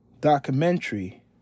documentary